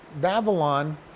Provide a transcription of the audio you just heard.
Babylon